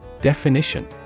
Definition